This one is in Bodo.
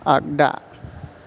आग्दा